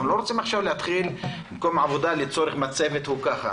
אנחנו לא רוצים עכשיו להתחיל: מקום עבודה לצורך המצבת הוא ככה,